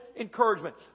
encouragement